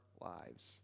lives